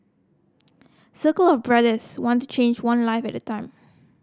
circle of Brothers want to change one life at a time